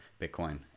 Bitcoin